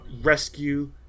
rescue